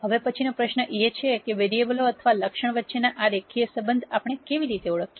હવે પછીનો પ્રશ્ન એ છે કે વેરીએબલો અથવા લક્ષણ વચ્ચેના આ રેખીય સંબંધ આપણે કેવી રીતે ઓળખીએ